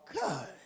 God